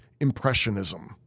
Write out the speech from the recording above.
Impressionism